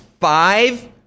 five